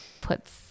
puts